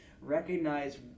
recognize